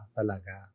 talaga